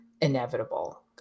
inevitable